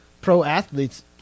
pro-athletes